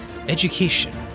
education